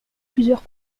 plusieurs